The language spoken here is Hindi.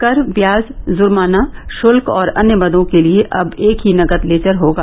कर ब्याज जुर्माना शुल्क और अन्य मदों के लिए अब एक ही नकद लेजर होगा